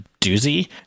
doozy